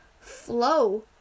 flow